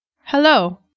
Hello